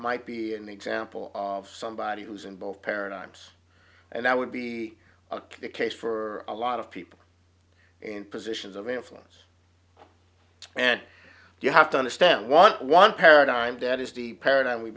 might be an example of somebody who's in both paradigms and that would be the case for a lot of people in positions of influence and you have to understand what one paradigm dead is the paradigm we've